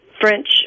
French